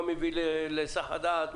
מה מביא להיסח הדעת,